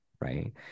right